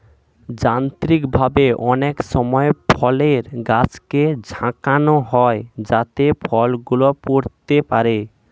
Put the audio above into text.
যান্ত্রিকভাবে অনেক সময় ফলের গাছকে ঝাঁকানো হয় যাতে ফল গুলো পড়তে পারে